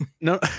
no